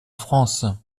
france